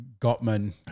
Gottman